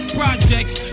projects